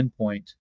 endpoint